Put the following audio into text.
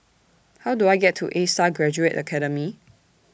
How Do I get to A STAR Graduate Academy